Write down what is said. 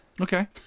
Okay